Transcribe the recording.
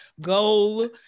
go